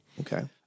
Okay